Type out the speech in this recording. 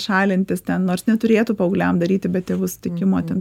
šalintis ten nors neturėtų paaugliam daryti be tėvų sutikimo ten